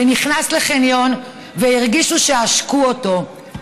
נכנס לחניון והרגיש שעשקו אותו?